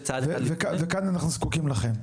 וכאן אנחנו זקוקים לכם.